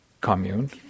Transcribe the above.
commune